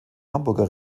hamburger